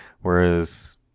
Whereas